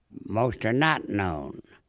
most are not known.